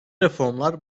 reformlar